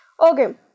okay